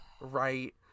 right